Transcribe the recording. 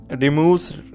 removes